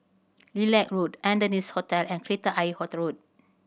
Lilac Road Adonis Hotel and Kreta Ayer Road